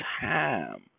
time